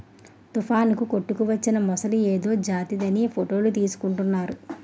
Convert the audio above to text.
తుఫానుకు కొట్టుకువచ్చిన మొసలి ఏదో జాతిదని ఫోటోలు తీసుకుంటున్నారు